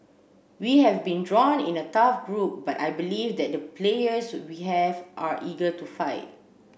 we have been drawn in a tough group but I believe that the players we have are eager to fight